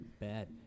Bad